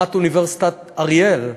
הקמת אוניברסיטת אריאל,